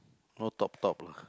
no top top lah